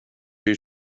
due